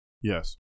Yes